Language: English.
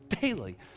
daily